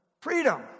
freedom